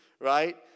right